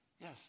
Yes